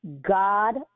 God